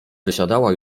wysiadała